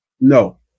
No